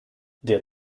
der